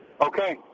Okay